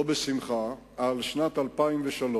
לא בשמחה, על שנת 2003,